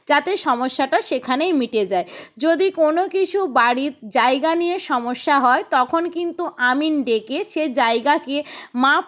যাতে সমস্যাটা সেখানেই মিটে যায় যদি কোনও কিছু বাড়ির জায়গা নিয়ে সমস্যা হয় তখন কিন্তু আমিন ডেকে সে জায়গাকে মাপ